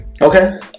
Okay